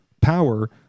power